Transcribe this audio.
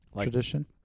tradition